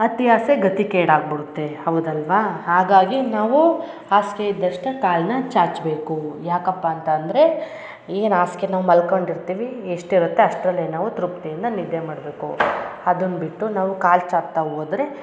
ಅತಿ ಆಸೆ ಗತಿ ಕೇಡು ಆಗ್ಬಿಡುತ್ತೆ ಹೌದು ಅಲ್ಲವಾ ಹಾಗಾಗಿ ನಾವು ಹಾಸಿಗೆ ಇದ್ದಷ್ಟು ಕಾಲನ್ನ ಚಾಚಬೇಕು ಯಾಕಪ್ಪ ಅಂತಂದರೆ ಏನು ಹಾಸ್ಗೆ ನಾವು ಮಲ್ಕೊಂಡಿರ್ತೀವಿ ಎಷ್ಟಿರುತ್ತೆ ಅಷ್ಟರಲ್ಲೇ ನಾವು ತೃಪ್ತಿಯಿಂದ ನಿದ್ದೆ ಮಾಡಬೇಕು ಅದನ್ನು ಬಿಟ್ಟು ನಾವು ಕಾಲು ಚಾಚ್ತಾ ಹೋದ್ರೆ